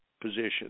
position